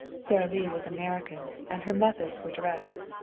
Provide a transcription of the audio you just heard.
sara lee was american and her methods were direct.